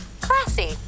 Classy